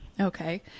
Okay